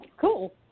Cool